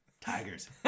tigers